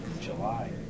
July